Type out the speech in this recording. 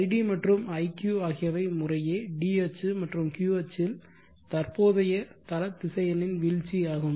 id மற்றும் iq ஆகியவை முறையே d அச்சு மற்றும் q அச்சில் தற்போதைய தலதிசையனின் வீழ்ச்சியாகும்